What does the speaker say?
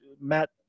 Matt